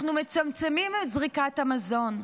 אנחנו מצמצמים את זריקת המזון.